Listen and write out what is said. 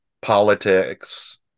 politics